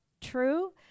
true